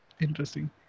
Interesting